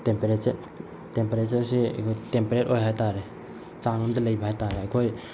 ꯇꯦꯝꯄꯦꯔꯦꯆꯔꯁꯤ ꯑꯩꯈꯣꯏ ꯇꯦꯝꯄꯦꯔꯦꯠ ꯑꯣꯏ ꯍꯥꯏꯇꯔꯦ ꯆꯥꯡ ꯑꯃꯗ ꯂꯩꯕ ꯍꯥꯏꯇꯔꯦ ꯑꯩꯈꯣꯏ